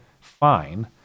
fine